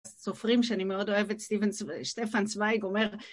סופרים שאני מאוד אוהבת, סטפן צווייג אומר...